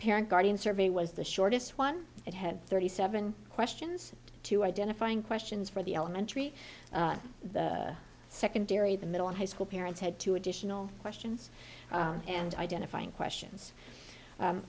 parent guardian survey was the shortest one it had thirty seven questions to identifying questions for the elementary secondary the middle and high school parents had two additional questions and identifying questions